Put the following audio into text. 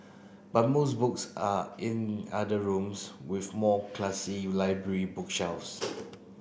but most books are in other rooms with more classy library bookshelves